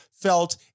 felt